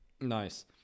Nice